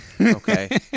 Okay